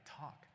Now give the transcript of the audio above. talk